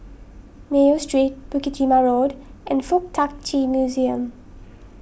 Mayo Street Bukit Timah Road and Fuk Tak Chi Museum